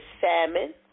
salmon